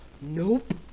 nope